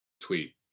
tweet